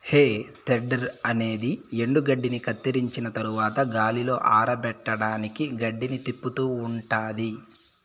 హే tedder అనేది ఎండుగడ్డిని కత్తిరించిన తరవాత గాలిలో ఆరపెట్టడానికి గడ్డిని తిప్పుతూ ఉంటాది